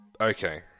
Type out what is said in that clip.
Okay